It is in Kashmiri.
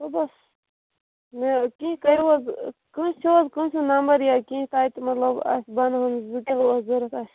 صبُحس مےٚ کیٚنٛہہ کٔرِو حظ کٲنٛسہِ چھُو حظ کٲنٛسہِ ہُنٛد نَمبر یا کیٚنٛہہ تَتہِ مطلب اَسہِ بَنہُن زٕ کِلوٗ اوس ضوٚرَتھ اَسہِ